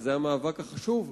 וזה המאבק החשוב,